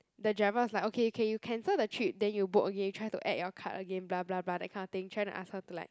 the driver was like okay okay you cancel the trip then you book again try to add your card again blah blah blah that kind of thing trying to ask her to like